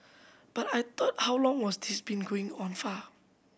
but I thought how long was this been going on far